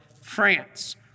France